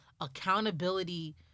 accountability